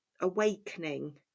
awakening